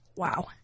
Wow